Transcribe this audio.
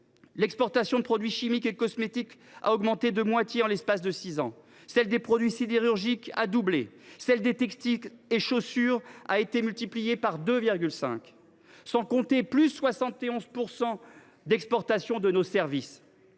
l’exportation de produits chimiques et cosmétiques a augmenté de moitié en l’espace de six ans ; celle des produits sidérurgiques a doublé ; celle des textiles et des chaussures a été multipliée par 2,5. Quant à l’exportation de nos services,